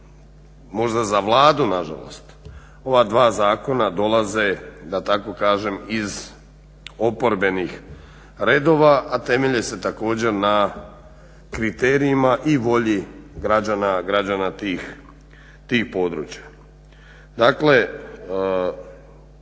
možda za Vladu nažalost ova dva zakona dolaze da tako kažem iz oporbenih redova, a temelje se također na kriterijima i volji građana tih područja. Dakle